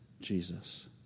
Jesus